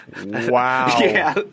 Wow